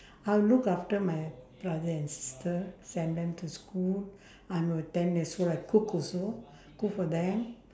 I'll look after my brother and sister send them to school I will ten years old I cook also cook for them